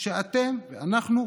שאתם ואנחנו,